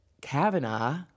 Kavanaugh